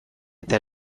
eta